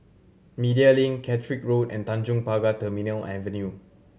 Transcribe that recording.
Media Link Caterick Road and Tanjong Pagar Terminal Avenue